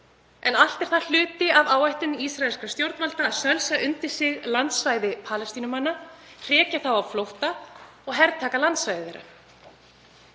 en allt er það hluti af áætlun ísraelskra stjórnvalda um að sölsa undir sig landsvæði Palestínumanna, hrekja þá á flótta og hertaka landsvæði